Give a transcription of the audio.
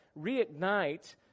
reignite